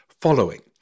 following